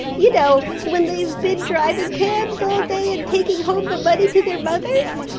you know when they've been driving cabs all day and taking home the money to their mothers.